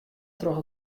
troch